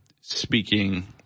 speaking